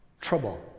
Trouble